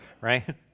right